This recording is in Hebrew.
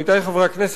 עמיתי חברי הכנסת,